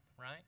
right